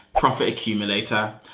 profit accumulator.